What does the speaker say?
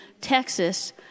Texas